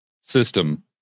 system